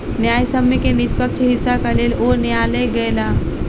न्यायसम्य के निष्पक्ष हिस्साक लेल ओ न्यायलय गेला